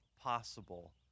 possible